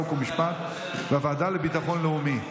חוק ומשפט והוועדה לביטחון לאומי.